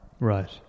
Right